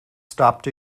stopped